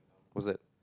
what's that